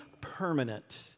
permanent